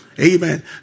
Amen